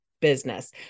business